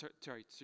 sorry